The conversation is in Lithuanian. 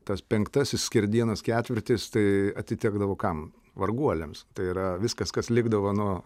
tas penktasis skerdienos ketvirtis tai atitekdavo kam varguoliams tai yra viskas kas likdavo nuo